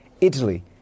Italy